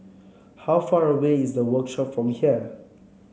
how far away is the Workshop from here